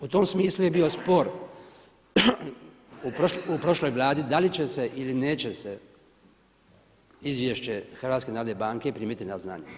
U tom smislu je bio spor u prošloj Vladi da li će se ili neće se izvješće HNB-a primiti na znanje.